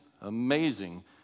amazing